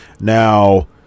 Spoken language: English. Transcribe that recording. Now